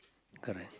correct